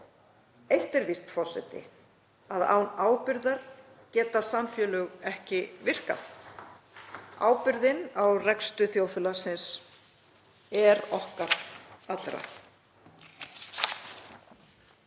Eitt er víst, forseti, að án ábyrgðar geta samfélög ekki virkað. Ábyrgðin á rekstri þjóðfélagsins er okkar allra.